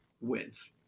wins